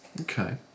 Okay